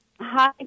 Hi